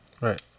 Right